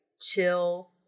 chill